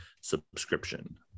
subscription